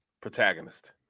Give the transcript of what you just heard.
protagonist